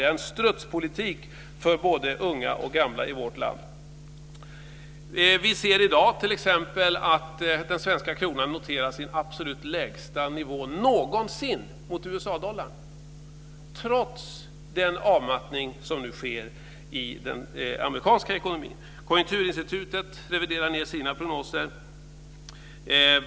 Det är strutspolitik för både unga och gamla i vårt land. Vi ser i dag t.ex. att den svenska kronan noterar sin absolut lägsta nivå någonsin mot USA-dollarn, trots den avmattning som nu sker i den amerikanska ekonomin. Konjunkturinstitutet reviderar ned sina prognoser.